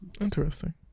Interesting